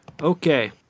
Okay